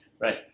right